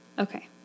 Okay